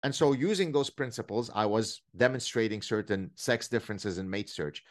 ובשביל להשתמש בכללים האלה, הייתי מדגים קצת את ההבדלים בין המינים בחיפוש אחר בן זוג.